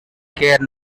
care